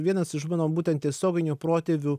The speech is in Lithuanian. vienas iš mano būtent tiesioginių protėvių